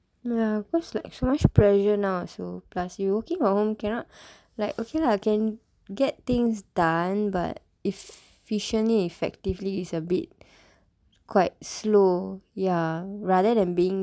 ya cause like so much pressure now also plus you working from home cannot like okay lah can get things done but efficiently effectively is a bit quite slow ya rather than being